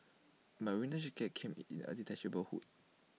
my winter jacket came with A detachable hood